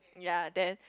ya then